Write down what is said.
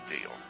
deal